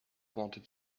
wanted